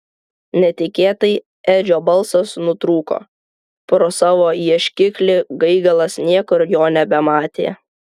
netikėtai edžio balsas nutrūko pro savo ieškiklį gaigalas niekur jo nebematė